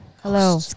Hello